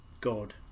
God